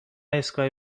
ایستگاه